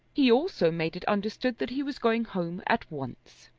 he also made it understood that he was going home at once.